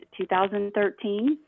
2013